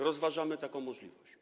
Rozważamy taką możliwość.